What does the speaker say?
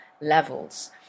levels